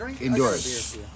indoors